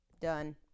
Done